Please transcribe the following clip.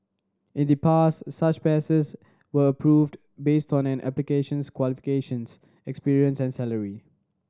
in the past such passes were approved based on an applications qualifications experience and salary